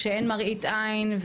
כשאין מראית עין,